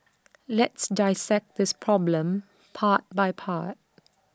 let's dissect this problem part by part